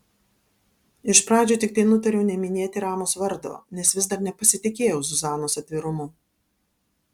iš pradžių tiktai nutariau neminėti ramos vardo nes vis dar nepasitikėjau zuzanos atvirumu